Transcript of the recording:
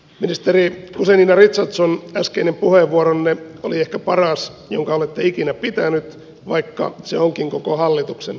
ministeri guzenina richardson äskeinen puheenvuoronne oli ehkä paras jonka olette ikinä pitänyt vaikka se onkin koko hallituksen kirjoittama